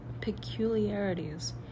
peculiarities